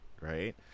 right